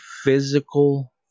physical